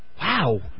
Wow